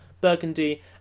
Burgundy